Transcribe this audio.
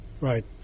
right